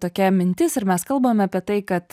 tokia mintis ir mes kalbame apie tai kad